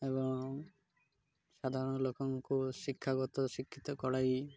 ଏବଂ ସାଧାରଣ ଲୋକଙ୍କୁ ଶିକ୍ଷାଗତ ଶିକ୍ଷିତ କରାଇ